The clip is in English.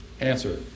answer